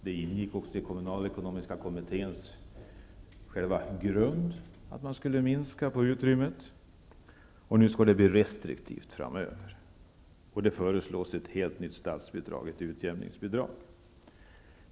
Det ingick också i kommunalekonomiska kommitténs själva grundidé att man skulle minska på utrymmet. Nu skall det bli restriktivt framöver. Det föreslås ett helt nytt statsbidrag -- ett utjämningsbidrag.